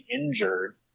injured